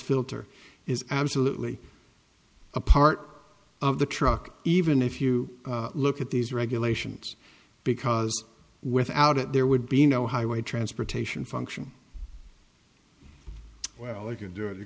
filter is absolutely a part of the truck even if you look at these regulations because without it there would be no highway transportation function well i can do it